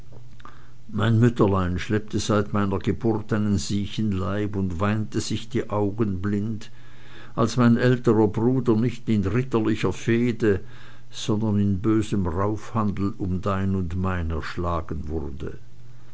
mein mutterlein schleppte seit meiner geburt einen siechen leib und weinte sich die augen blind als mein älterer bruder nicht in ritterlicher fehde sondern in bösem raufhandel um dein und mein erschlagen wurde